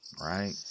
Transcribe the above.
Right